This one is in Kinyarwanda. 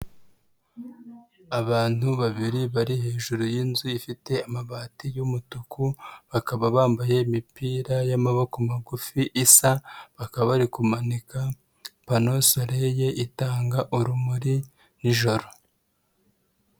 Abantu babiri bari hejuru yininzu ifite amabati y'umutuku, bakaba bambaye imipira y'amaboko magufi isa, bakaba kumanika pano saleye itanga urumuri nijoro.